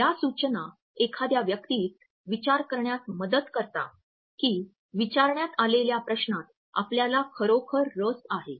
या सूचना एखाद्या व्यक्तीस विचार करण्यास मदत करतात की विचारण्यात आलेल्या प्रश्नात आपल्याला खरोखर रस आहे